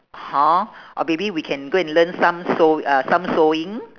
hor or maybe we can go and learn some sew uh some sewing